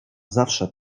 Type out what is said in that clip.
zawsze